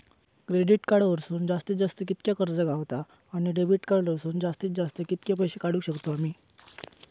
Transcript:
Credit card वरसून जास्तीत जास्त कितक्या कर्ज गावता, आणि डेबिट कार्ड वरसून जास्तीत जास्त कितके पैसे काढुक शकतू आम्ही?